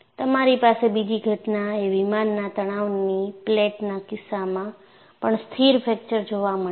તમારી પાસે બીજી ઘટના એ વિમાનના તણાવની પ્લેટના કિસ્સામાં પણ સ્થિર ફ્રેકચર જોવા મળે છે